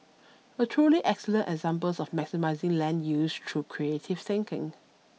a truly excellent example of maximising land use through creative thinking